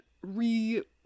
re